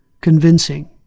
convincing